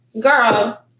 Girl